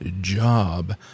job